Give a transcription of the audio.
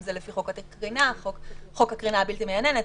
אם זה לפי חוק הקרינה הבלתי מייננת,